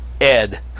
Ed